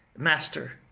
master,